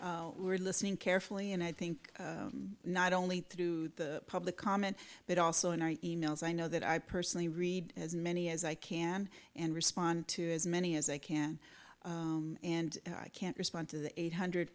listen we're listening carefully and i think not only through the public comment but also in our e mails i know that i personally read as many as i can and respond to as many as i can and i can't respond to the eight hundred